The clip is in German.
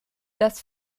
das